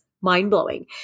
mind-blowing